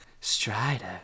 Strider